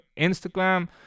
Instagram